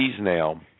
now